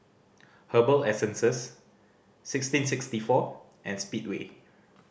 Herbal Essences sixteen sixty four and Speedway